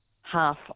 half